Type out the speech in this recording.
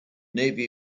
navy